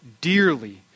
dearly